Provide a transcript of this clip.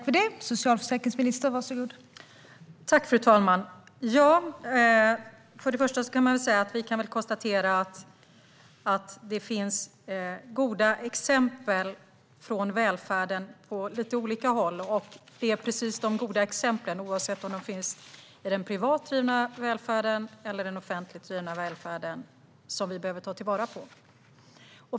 Fru talman! För det första kan vi väl konstatera att det finns goda exempel från välfärden på lite olika håll, och det är precis de goda exemplen, oavsett om de finns i den privat drivna välfärden eller den offentligt drivna välfärden, som vi behöver ta till vara.